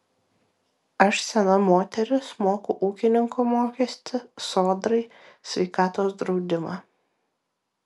aš sena moteris moku ūkininko mokestį sodrai sveikatos draudimą